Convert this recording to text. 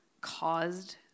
caused